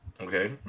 Okay